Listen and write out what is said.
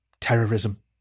Terrorism